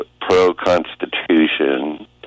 pro-Constitution